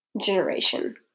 generation